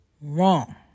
wrong